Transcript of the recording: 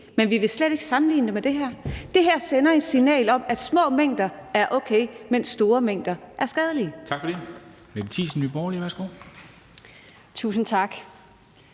Men vi vil slet ikke sammenligne det med det her. Det her sender et signal om, at små mængder er okay, mens store mængder af skadelige.